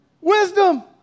Wisdom